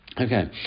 Okay